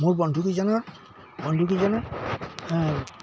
মোৰ বন্ধুকেইজনৰ বন্ধুকেইজনৰ